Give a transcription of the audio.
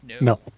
No